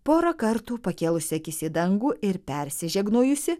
porą kartų pakėlusi akis į dangų ir persižegnojusi